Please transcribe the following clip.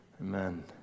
Amen